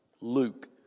Luke